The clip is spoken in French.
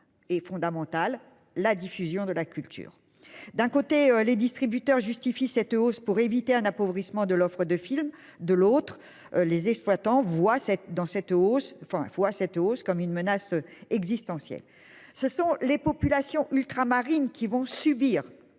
et fondamental. La diffusion de la culture. D'un côté les distributeurs justifie cette hausse pour éviter un appauvrissement de l'offre de films, de l'autre les exploitants voit cette dans cette hausse enfin fois cette hausse comme une menace existentielle. Ce sont les populations ultramarines qui vont subir